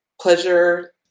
pleasure